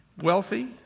wealthy